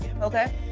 Okay